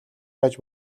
байж